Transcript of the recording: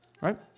Right